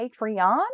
Patreon